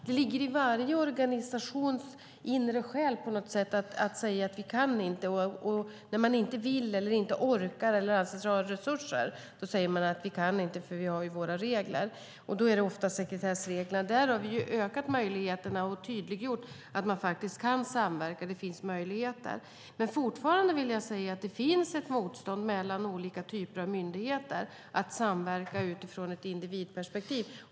Det ligger på något sätt i varje organisations inre själ att när man inte vill, inte orkar eller inte anser sig ha resurser säga: Vi kan inte, för vi har våra regler! Då handlar det ofta om sekretessregler. Vi har ökat möjligheterna och tydliggjort att man kan samverka och att det finns sådana möjligheter. Det finns dock fortfarande ett motstånd mellan olika typer av myndigheter mot att samverka utifrån ett individperspektiv.